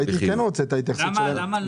כן הייתי את ההתייחסות שלהם מדוע אי